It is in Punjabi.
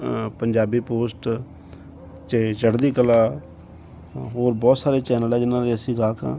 ਪੰਜਾਬੀ ਪੋਸਟ ਚਾਹੇ ਚੜ੍ਹਦੀ ਕਲਾ ਹੋਰ ਬਹੁਤ ਸਾਰੇ ਚੈਨਲ ਹੈ ਜਿਹਨਾਂ ਦੇ ਅਸੀਂ ਗਾਹਕ ਆ